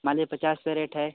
मान लीजिए पचास का रेट है